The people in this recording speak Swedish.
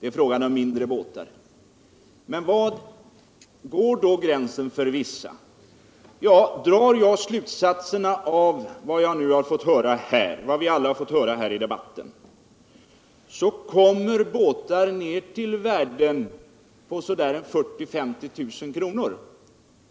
Det är här fråga om mindre båtar. Men var går gränsen? Drar jag slutsatserna av vad vi alla nu har fått höra i debatten, kommer båtar ner till värden på ungefär 40 000-50 000 kr.